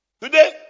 Today